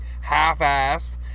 half-assed